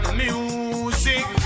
music